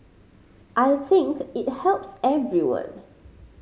I think it helps everyone